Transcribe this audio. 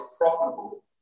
profitable